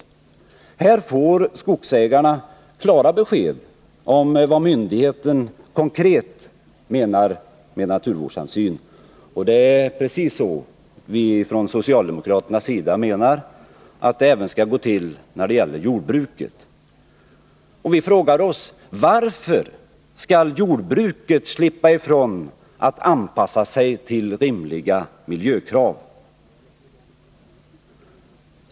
Här får skogsägarna klara besked om vad myndigheten konkret menar med naturvårdshänsyn. Det är precis så vi socialdemokrater menar, att det bör gå till även när det gäller jordbruket. Vi frågar oss: Varför skall jordbruket slippa ifrån att anpassa sig till rimliga miljökrav?